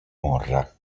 morra